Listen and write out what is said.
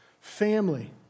family